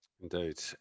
Indeed